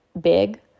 big